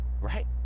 right